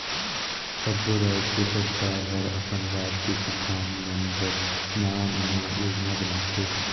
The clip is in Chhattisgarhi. सब्बो रायज के सरकार हर अपन राज के किसान मन बर नांवा नांवा योजना बनाथे